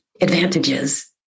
advantages